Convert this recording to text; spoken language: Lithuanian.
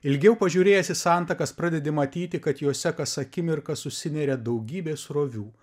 ilgiau pažiūrėjęs į santakas pradedi matyti kad jose kas akimirką susineria daugybė srovių